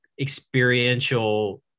experiential